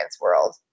world